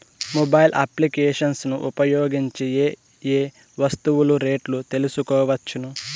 Mobile applications ను ఉపయోగించి ఏ ఏ వస్తువులు రేట్లు తెలుసుకోవచ్చును?